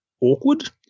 awkward